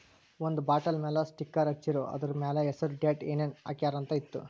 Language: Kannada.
ಒಂದ್ ಬಾಟಲ್ ಮ್ಯಾಲ ಸ್ಟಿಕ್ಕರ್ ಹಚ್ಚಿರು, ಅದುರ್ ಮ್ಯಾಲ ಹೆಸರ್, ಡೇಟ್, ಏನೇನ್ ಹಾಕ್ಯಾರ ಅಂತ್ ಇತ್ತು